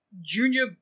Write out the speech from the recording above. Junior